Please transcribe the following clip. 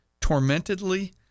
tormentedly